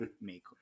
make